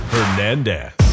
Hernandez